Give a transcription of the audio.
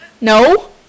No